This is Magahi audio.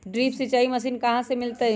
ड्रिप सिंचाई मशीन कहाँ से मिलतै?